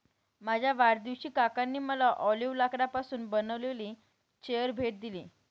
माझ्या वाढदिवशी काकांनी मला ऑलिव्ह लाकडापासून बनविलेली चेअर भेट दिली